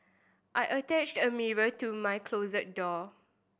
I attached a mirror to my closet door